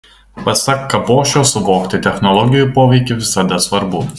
pasak kabošio suvokti technologijų poveikį visada svarbu